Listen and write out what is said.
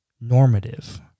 normative